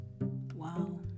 Wow